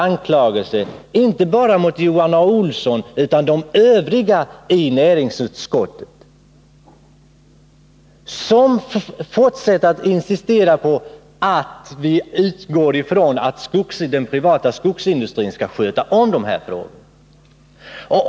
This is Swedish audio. Men Johan A. Olsson och de övriga ledamöterna i utskottet fortsätter att insistera på att den privata skogsindustrin skall sköta dessa frågor.